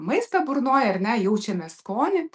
maistą burnoj ar ne jaučiame skonį